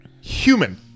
Human